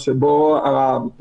שהוא או כן או לא,